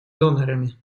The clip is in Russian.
донорами